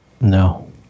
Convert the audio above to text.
No